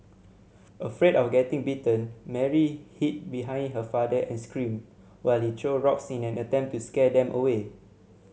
afraid of getting bitten Mary hid behind her father and screamed while he threw rocks in an attempt to scare them away